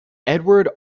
edward